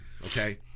Okay